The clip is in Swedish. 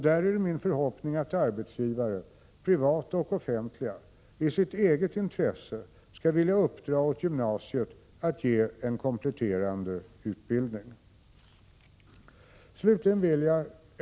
Det är min förhoppning att arbetsgivare, privata och offentliga, i sitt eget intresse skall vilja uppdra åt gymnasiet att ge en kompletterande utbildning.